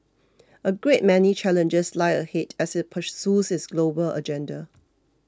a great many challenges lie ahead as it pursues its global agenda